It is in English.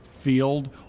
field